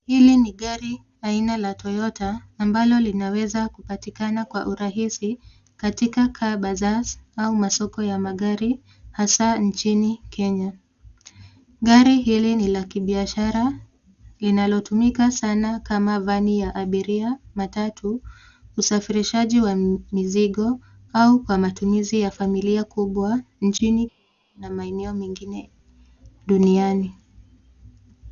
Hili ni gari aina la Toyota ambalo linaweza kupatikana kwa urahisi katika Car Bazaars au masoko ya magari hasa nchini Kenya. Gari hili ni la kibiashara linalotumika sana kama vani ya abiria, matatu, usafirishaji wa mizigo au kwa matumizi ya familia kubwa nchini na maeneo mengine duniani.